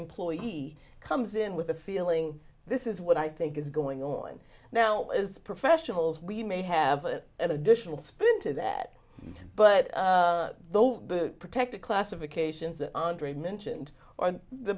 employee comes in with a feeling this is what i think is going on now as professionals we may have an additional spin to that but the protective classifications that andre mentioned are the